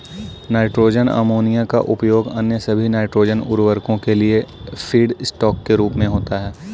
nitrogen ammonia का उपयोग अन्य सभी नाइट्रोजन उवर्रको के लिए फीडस्टॉक के रूप में होता है